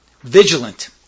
vigilant